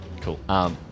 Cool